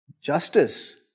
justice